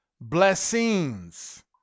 blessings